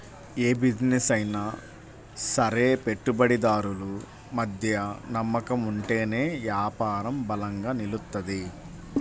యే బిజినెస్ అయినా సరే పెట్టుబడిదారులు మధ్య నమ్మకం ఉంటేనే యాపారం బలంగా నిలుత్తది